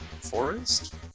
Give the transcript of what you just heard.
forest